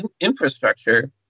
infrastructure